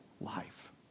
life